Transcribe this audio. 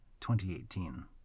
2018